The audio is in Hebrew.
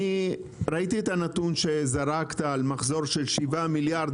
אני ראיתי את הנתון שזרקת על מחזור של 7 מיליארד,